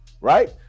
right